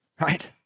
Right